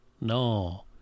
No